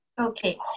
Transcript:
Okay